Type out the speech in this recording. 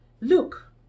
look